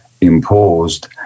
imposed